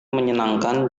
menyenangkan